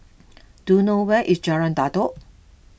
do you know where is Jalan Datoh